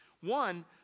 One